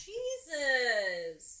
Jesus